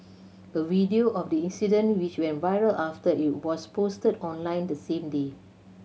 a video of the incident which went viral after it was posted online the same day